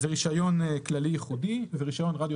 מדובר ברישיון כללי ייחודי ורישיון רדיו